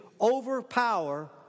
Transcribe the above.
overpower